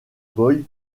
boy